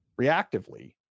reactively